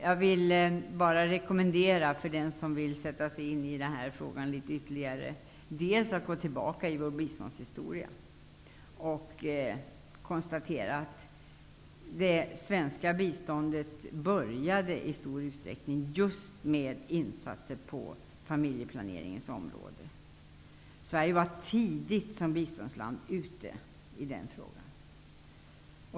Jag rekommenderar den som vill sätta sig in i denna fråga ytterligare att gå tillbaka i vår biståndshistoria och konstatera att det svenska biståndet i stor utsträckning började just med insatser på familjeplaneringens område. Sverige var tidigt såsom biståndsland ute i den frågan.